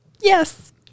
Yes